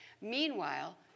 Meanwhile